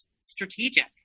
strategic